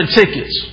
tickets